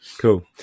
cool